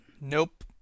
Nope